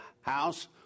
House